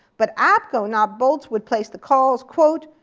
but apco, not boltz, would place the calls, quote,